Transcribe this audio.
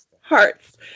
Hearts